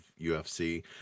UFC